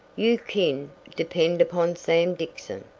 you kin depend upon sam dixon.